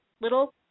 Little